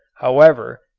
however,